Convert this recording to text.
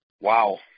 Wow